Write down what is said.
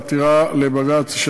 בעתירה לבג"ץ,